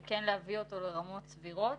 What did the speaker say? אבל כן להביא אותו לרמות סבירות,